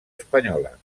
espanyola